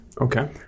Okay